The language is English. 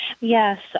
Yes